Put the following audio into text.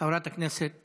חברת הכנסת